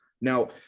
Now